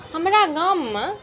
हमरा गाममे